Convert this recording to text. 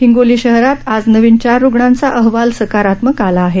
हिंगोली शहरात आज नवीन चार रुग्णांचा अहवाल सकारात्मक आला आहे